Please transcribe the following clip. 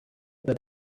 that